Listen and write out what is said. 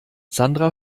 sandra